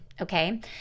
Okay